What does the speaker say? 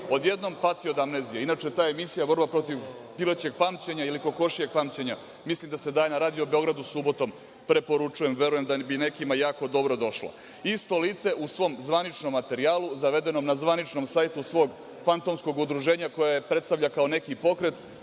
Odjednom pati od amnezije. Inače, ta emisija „Borba protiv pilećeg pamćenja ili kokošijeg pamćenja“ mislim da se daje na Radio Beogradu subotom. Preporučujem, verujem da bi nekima jako dobro došla. Isto lice u svom zvaničnom materijalu, zavedenom na zvaničnom sajtu svog fantomskog udruženja koje predstavlja kao neki pokret,